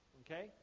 okay